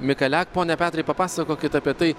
mikalek pone petrai papasakokit apie tai